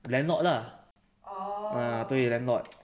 the landlord lah ah 对 landlord